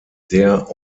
der